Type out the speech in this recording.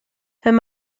wenn